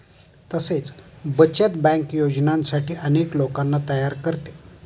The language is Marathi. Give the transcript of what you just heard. तसेच बचत बँक योजनांसाठी अनेक लोकांना तयार करते